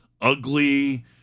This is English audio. ugly